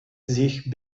sich